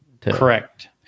correct